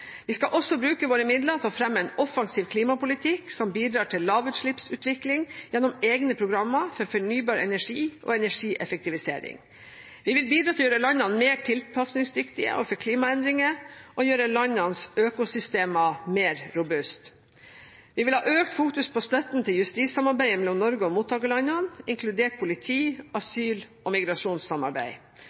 Vi skal også bruke våre midler til å fremme en offensiv klimapolitikk som bidrar til lavutslippsutvikling gjennom egne programmer for fornybar energi og energieffektivisering. Vi vil bidra til å gjøre landene mer tilpasningsdyktige overfor klimaendringer og gjøre landenes økosystemer mer robuste. Vi vil ha økt fokus på støtten til justissamarbeid mellom Norge og mottakerlandene, inkludert politi-, asyl- og migrasjonssamarbeid.